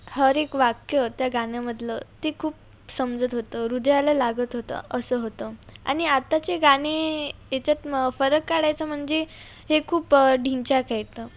हर एक वाक्य त्या गाण्यामधलं ते खूप समजत होतं हृदयाला लागत होतं असं होतं आणि आताचे गाणे याच्यात म फरक काढायचा म्हणजे हे खूप ढिंच्याक आहेत